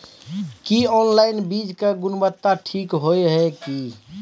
की online बीज के गुणवत्ता ठीक होय ये की?